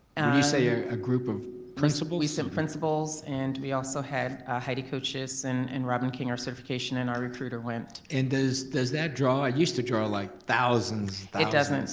you say a ah group of principals? we sent principals and we also had heidi kuchiss and and robin king, our certification and our recruiter went. and does does that draw, it used to draw like thousands, thousands. it doesn't.